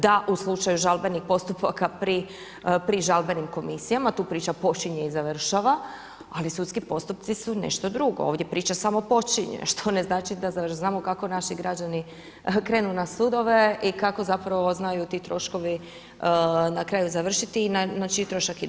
Da, u slučaju žalbenih postupaka pri žalbenim komisijama, tu priča počinje i završava ali sudski postupci su nešto drugo, ovdje priča samo počinje što ne znači da … već znamo kako naši građani krenu na sudove i kako zapravo znaju ti troškovi na kraju završiti i na čiji trošak ide.